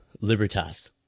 Libertas